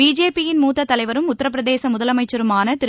பிஜேபியின் மூத்ததலைவரும் உத்திரப்பிரதேசமுதலமைச்சருமானதிரு